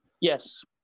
yes